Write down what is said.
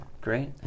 great